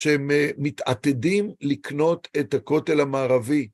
שהם מתעתדים לקנות את הכותל המערבי.